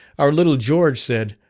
our little george said,